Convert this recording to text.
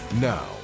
now